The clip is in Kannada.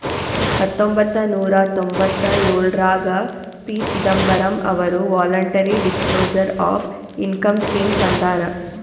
ಹತೊಂಬತ್ತ ನೂರಾ ತೊಂಭತ್ತಯೋಳ್ರಾಗ ಪಿ.ಚಿದಂಬರಂ ಅವರು voluntary disclosure of income scheme ತಂದಾರ